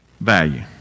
value